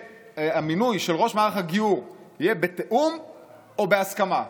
המינוי של ראש מערך הגיור יהיה בתיאום או בהסכמה,